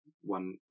one